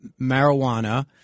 marijuana